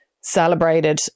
celebrated